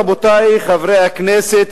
רבותי חברי הכנסת,